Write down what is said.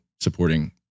supporting